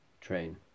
train